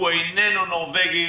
הוא איננו נורווגי,